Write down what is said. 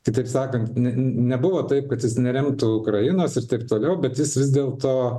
tai taip sakant nebuvo taip kad jis neremtų ukrainos ir taip toliau bet jis vis dėlto